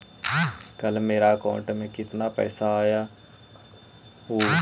कल मेरा अकाउंटस में कितना पैसा आया ऊ?